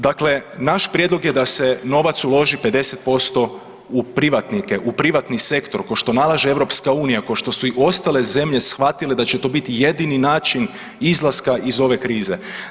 Dakle, naš prijedlog je da se novac uloži 50% u privatnike, u privatni sektor ko što nalaže EU, ko što su i ostale zemlje shvatile da će to biti jedini način izlaska iz ove krize.